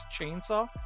chainsaw